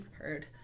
Heard